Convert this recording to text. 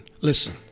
Listen